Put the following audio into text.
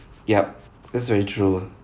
yup that's very true